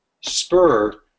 spur